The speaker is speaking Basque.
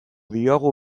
diogu